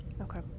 Okay